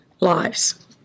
lives